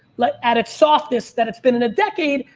like added softness that it's been an a decade,